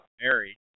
married